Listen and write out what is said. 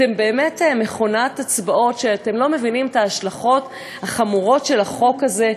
אתם באמת מכונת הצבעות ואתם לא מבינים את ההשלכות החמורות של החוק הזה?